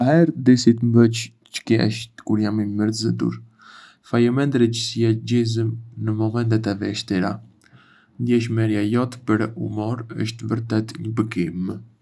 Ngaherë di si të më bësh të qesh kur jam i mërzitur... Faleminderit çë sjell gëzim në momentet e vështira. Ndjeshmëria jote për humor është vërtet një bekim.